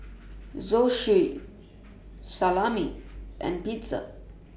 Zosui Salami and Pizza